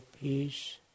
peace